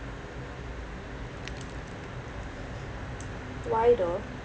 why though